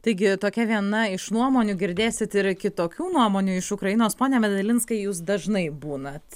taigi tokia viena iš nuomonių girdėsit ir kitokių nuomonių iš ukrainos pone medalinskai jūs dažnai būnat